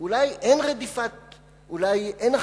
אולי אין רדיפה.